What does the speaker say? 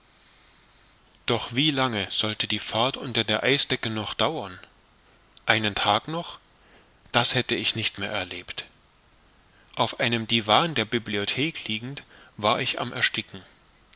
doch wie lange sollte die fahrt unter der eisdecke noch dauern einen tag noch das hätte ich nicht mehr erlebt auf einem divan der bibliothek liegend war ich am ersticken